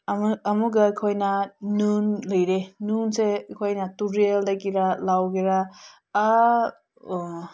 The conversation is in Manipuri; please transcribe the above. ꯑꯃꯨꯛ ꯑꯃꯨꯛꯀ ꯑꯩꯈꯣꯏꯅ ꯅꯨꯡ ꯂꯩꯔꯦ ꯅꯨꯡꯁꯦ ꯑꯩꯈꯣꯏꯅ ꯇꯨꯔꯦꯜꯗꯒꯤꯔ ꯂꯧꯒꯦꯔ ꯑꯥ